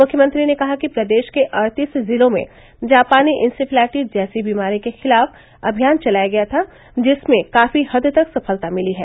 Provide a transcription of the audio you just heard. मुख्यमंत्री ने कहा कि प्रदेश के अड़तीस जिलों में जापानी इंसेफेलाइटिस जैसी बीमारी के खिलाफ अभियान चलाया गया था जिसमें काफी हद तक सफलता मिली है